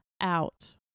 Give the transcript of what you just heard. out